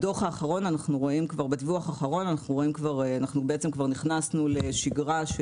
בדיווח האחרון אנחנו כבר נכנסנו לשגרה,